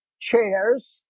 chairs